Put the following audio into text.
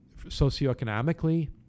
socioeconomically